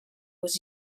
was